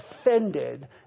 offended